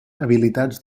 habilitats